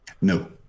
No